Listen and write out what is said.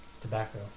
tobacco